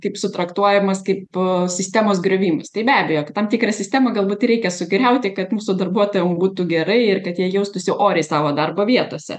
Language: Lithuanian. kaip su traktuojamas kaip sistemos griovimas tai be abejo tam tikras sistemą galbūt reikia sugriauti kad mūsų darbuotojam būtų gerai ir kad jie jaustųsi oriai savo darbo vietose